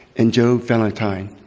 and jo valentine.